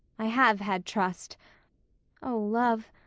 i have had trust o love,